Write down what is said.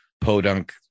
podunk